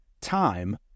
Time